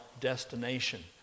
destination